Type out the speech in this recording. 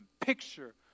picture